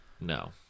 No